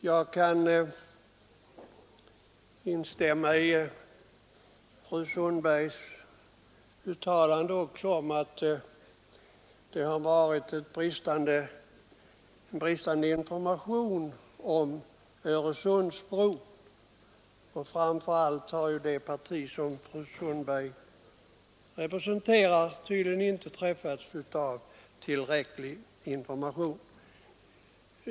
Jag kan också instämma i fru Sundbergs uttalande att det har varit bristande information om Öresundsbron. Framför allt har det parti som fru Sundberg representerar tydligen inte träffats av tillräcklig information.